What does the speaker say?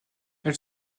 elle